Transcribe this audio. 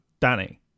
Danny